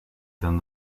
than